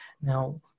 now